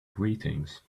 greetings